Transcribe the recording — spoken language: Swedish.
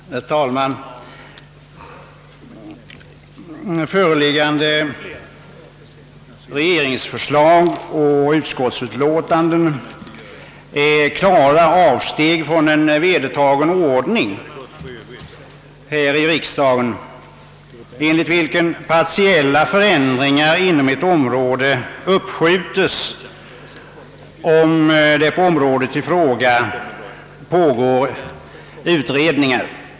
Herr talman! Föreliggande regeringsförslag och utskottsbetänkande innebär klara avsteg från en vedertagen ordning här i riksdagen, enligt vilken partiella förändringar inom ett område uppskjuts, om det på området i fråga pågår en utredning.